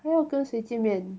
她要跟谁见面